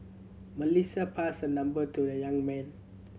Melissa passed her number to the young man